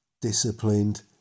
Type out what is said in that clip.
Disciplined